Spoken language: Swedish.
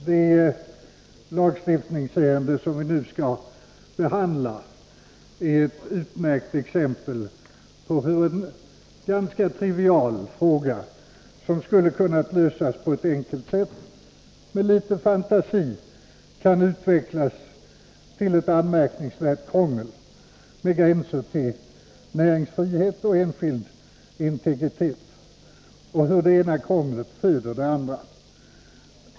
Herr talman! Det lagstiftningsärende som vi nu skall behandla är ett utmärkt exempel på hur en ganska trivial fråga, som hade kunnat lösas på ett enkelt sätt, med litet fantasi kan utvecklas till ett anmärkningsvärt krångel med gränser till näringsfrihet och enskild integritet samt hur det ena krånglet föder det andra.